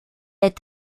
est